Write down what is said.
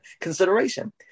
consideration